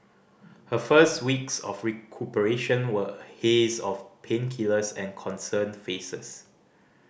her first weeks of recuperation were a haze of painkillers and concerned faces